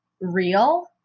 real